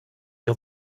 der